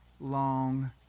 long